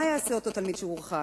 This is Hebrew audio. מה יעשה אותו תלמיד שהורחק?